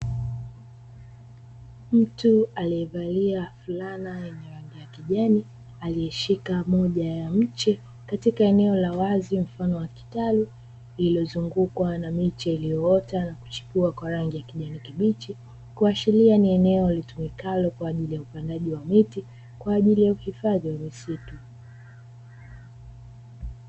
Mtu aliyevalia fulana yenye rangi ya kijani aliyeshika moja ya mche katika eneo la wazi mfano wa kitalu lililozungukwa na miche iliyoota na kuchipua kwa rangi ya kijani kibichi kuashiria ni eneo litumikalo kwa ajiki ya upandaji wa miti kwa ajili ya uhifadhi wa misitu.